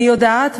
אני יודעת,